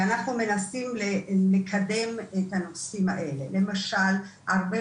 ואנחנו מנסים לקדם את הנושאים האל.ה למשל הרבה